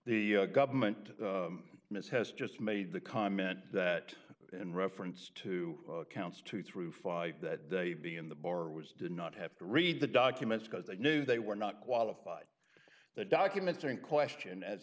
e government ms has just made the comment that in reference to counts two through five that they'd be in the bar was did not have to read the documents because they knew they were not qualified the documents are in question as